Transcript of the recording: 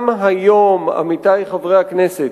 גם היום, עמיתי חברי הכנסת,